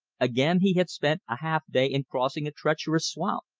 again he had spent a half day in crossing a treacherous swamp.